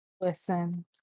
Listen